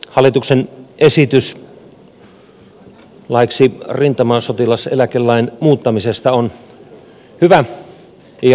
hallituksen esitys laiksi rintamasotilaseläkelain muuttamisesta on hyvä ja tervetullut